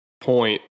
point